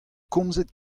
komzet